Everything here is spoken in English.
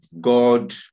God